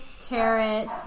carrot